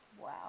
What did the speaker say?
Wow